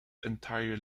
entire